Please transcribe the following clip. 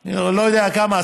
אני לא יודע כמה,